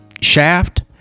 Shaft